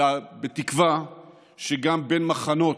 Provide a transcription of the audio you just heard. אלא בתקווה שגם בין מחנות,